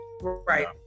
right